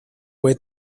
fue